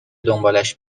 دنبالش